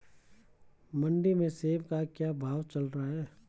मंडी में सेब का क्या भाव चल रहा है?